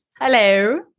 Hello